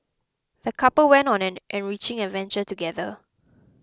the couple went on an enriching adventure together